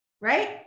Right